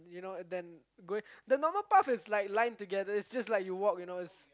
you know than going the normal path is like line together is just like you know you just walk